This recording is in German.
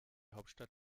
hauptstadt